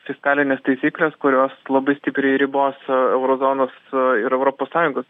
fiskalinės taisyklės kurios labai stipriai ribos euro zonos ir europos sąjungos